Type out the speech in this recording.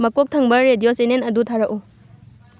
ꯃꯀꯣꯛ ꯊꯪꯕ radio channel ꯑꯗꯨ ꯊꯥꯔꯛꯎ